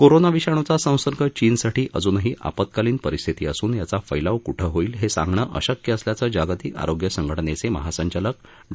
corona विषाणूंचा संसर्ग चीनसाठी अजूनही आपत्कालीन परिस्थिती असून याचा फैलाव कुठे होईल हे सांगण अशक्य असल्याचं जागतिक आरोग्य संघटनेचे महासंचालक डॉ